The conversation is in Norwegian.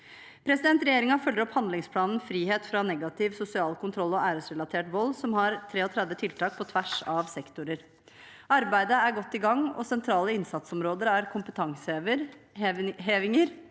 meg. Regjeringen følger opp handlingsplanen «Frihet fra negativ sosial kontroll og æresrelatert vold», som har 33 tiltakspunkter på tvers av sektorer. Arbeidet er godt i gang, og sentrale innsatsområder er kompetanseheving,